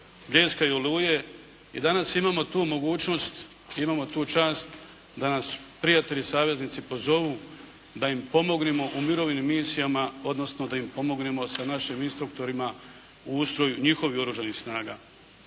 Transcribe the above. "Bljeska" i "Oluje". I danas imamo tu mogućnost, imamo tu čast, da nas prijatelji saveznici pozovu da im pomognemo u mirovnim misijama, odnosno da im pomognemo sa našim instruktorima u ustroju njihovih oružanih snaga.